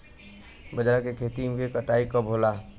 बजरा के खेती के कटाई कब होला?